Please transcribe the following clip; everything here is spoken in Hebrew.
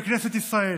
בכנסת ישראל.